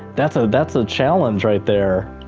that's ah that's a challenge right there.